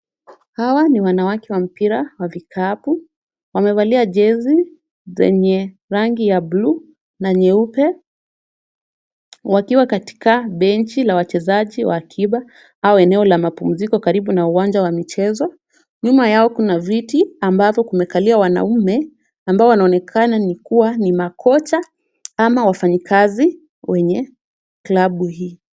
Hawa ni wanawake wa mpira wa vikapu wamevalia jezi zenye rangi ya bluu na nyeupe wakiwa katika benchi la wachezaji wa akiba au eneo la mapumziko karibu na uwanja wa michezo. Nyuma yao kuna viti ambavyo kumekalia wanaume ambao wanaonekana ni kuwa ni makocha ama wafanyikazi wenye klabu hii.